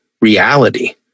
reality